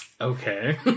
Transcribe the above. Okay